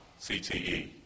CTE